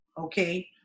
Okay